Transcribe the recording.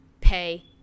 pay